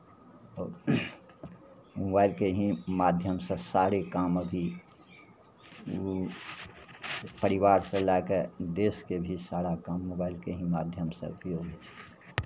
आओर मोबाइलके ही माध्यमसँ सारे काम अभी ओ परिवारसँ लए कऽ देशके भी सारा काम मोबाइलके ही माध्यमसँ उपयोग होइ छै